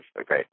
Okay